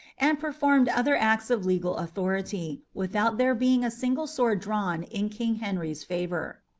and performed other acts of legal authority, without there being a single sword drawn in king henry's favour.